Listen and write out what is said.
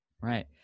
Right